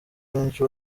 benshi